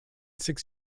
six